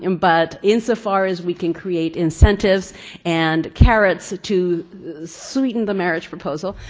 and but insofar as we can create incentives and carrots to sweeten the marriage proposal,